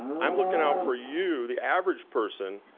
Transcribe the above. i'm looking out for you, the average person,